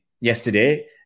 yesterday